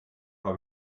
habe